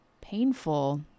painful